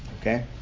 Okay